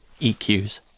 EQs